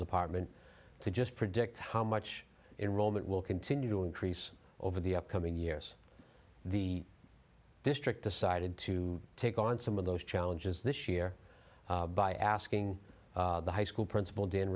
department to just predict how much in rome it will continue to increase over the coming years the district decided to take on some of those challenges this year by asking the high school principal dan